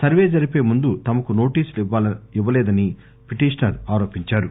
survey జరిపే ముందు తమకు నోటీసులు ఇవ్వలేదని పిటిషనర్ ఆరోపించారు